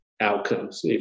outcomes